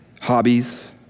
hobbies